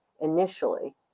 initially